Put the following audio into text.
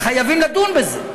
אלא שחייבים לדון בזה.